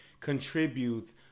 contributes